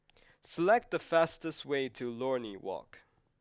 select the fastest way to Lornie Walk